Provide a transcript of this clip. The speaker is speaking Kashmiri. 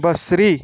بصری